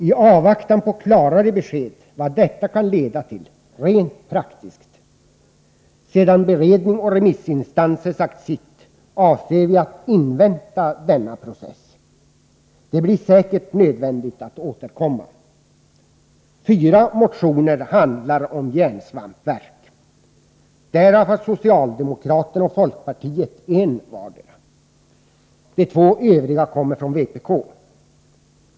I avvaktan på klarare besked om vad detta kan leda till rent praktiskt, efter det att remissinstanserna sagt sitt och beredningen är klar, har vi i dag inget yrkande. Det blir säkert nödvändigt att återkomma. Fyra motioner handlar om järnsvampsverk. Därav har socialdemokraterna och folkpartiet en vardera. De två övriga kommer från vpk.